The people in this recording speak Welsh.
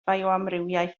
fioamrywiaeth